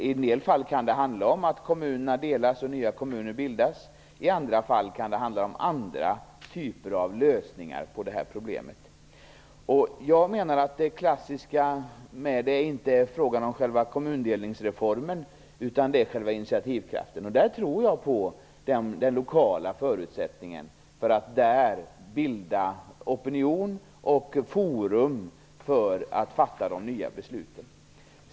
I en del fall kan det handla om att kommuner delas och nya kommuner bildas. I andra fall kan det handla om andra typer av lösningar på problemet. Jag menar att det klassiska problemet inte ligger i själva kommundelningsreformen utan i initiativkraften. Jag tror på förutsättningarna för att lokalt bilda opinion och där skapa ett forum för att fatta de nya besluten.